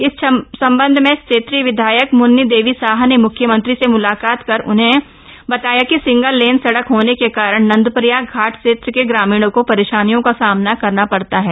इस संबंध में क्षेत्रीय विधायक मुन्नी देवी शाह ने मुख्यमंत्री से मुलाकात कर उन्हें बताया कि सिंगल लेन सड़क होने के कारण नंदप्रयाग घाट क्षेत्र के ग्रामीणों को परेशानियों का सामना करना पड़ता है